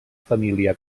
família